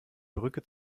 brücke